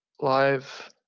live